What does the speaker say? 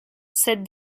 cette